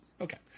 okay